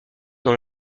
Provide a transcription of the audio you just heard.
dans